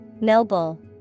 Noble